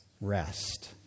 rest